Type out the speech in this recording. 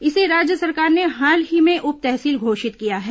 इसे राज्य सरकार ने हाल ही में उप तहसील घोषित किया है